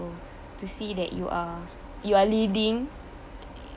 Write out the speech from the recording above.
to see that you are you are leading